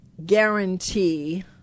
Guarantee